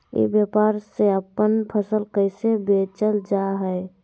ई व्यापार से अपन फसल कैसे बेचल जा हाय?